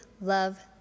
Love